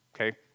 Okay